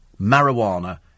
marijuana